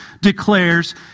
declares